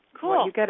Cool